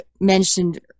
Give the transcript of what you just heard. mentioned